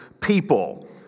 people